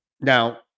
Now